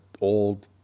old